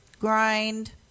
grind